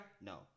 No